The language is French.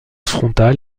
frontal